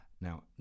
now